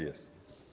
Jest.